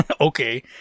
okay